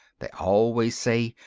they always say,